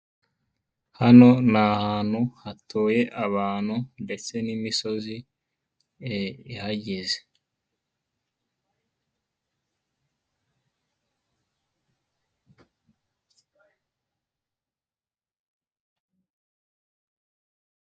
Hano ni ahantu hatuye abantu ndetse n'imisozi ihagize.